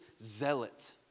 zealot